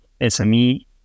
SME